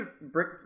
brick